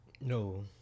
No